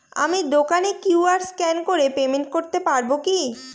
আমি দোকানে QR scan করে পেমেন্ট করতে পারবো কি?